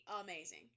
amazing